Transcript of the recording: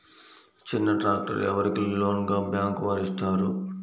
చిన్న ట్రాక్టర్ ఎవరికి లోన్గా బ్యాంక్ వారు ఇస్తారు?